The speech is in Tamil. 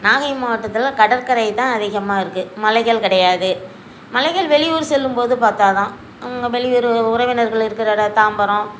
நாகை மாவட்டத்தில் கடற்கரை தான் அதிகமாக இருக்குது மலைகள் கிடையாது மலைகள் வெளியூர் செல்லும்போது பார்த்தா தான் வெளியூர் உறவினர்கள் இருக்கிற இடம் தாம்பரம்